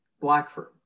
Blackford